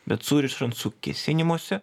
bet surišant su kėsinimosi